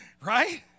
right